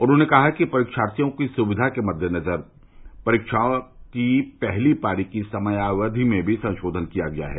उन्होंने कहा कि परीक्षार्थियों की सुक्यिा के मददेनजर परीक्षाओं की पहली पाली की समयावधि में भी संशोधन किया गया है